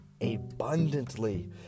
abundantly